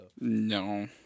No